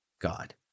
God